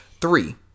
Three